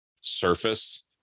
surface